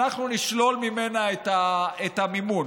אנחנו נשלול ממנה את המימון,